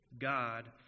God